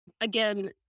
again